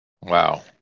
Wow